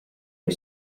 kui